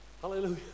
Hallelujah